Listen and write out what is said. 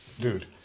Dude